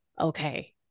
Okay